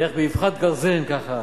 ואיך באבחת גרזן, ככה,